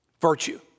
Virtue